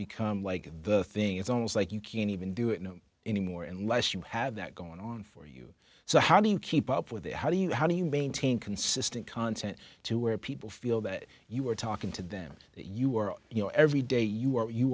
become like the thing it's almost like you can't even do it no anymore unless you have that going on for you so how do you keep up with it how do you how do you maintain consistent content to where people feel that you are talking to them you are you know every day you are